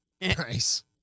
Nice